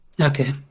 Okay